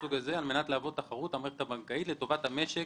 מסוג הזה על מנת להוות תחרות למערכת הבנקאית לטובת המשק